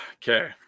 Okay